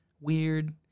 weird